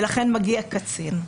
ולכן מגיע קצין.